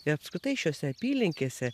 ir apskritai šiose apylinkėse